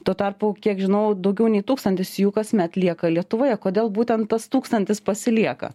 tuo tarpu kiek žinau daugiau nei tūkstantis jų kasmet lieka lietuvoje kodėl būtent tas tūkstantis pasilieka